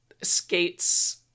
skates